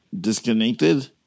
disconnected